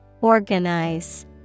Organize